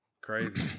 crazy